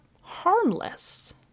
harmless